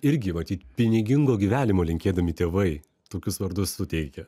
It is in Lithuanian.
irgi matyt pinigingo gyvenimo linkėdami tėvai tokius vardus suteikia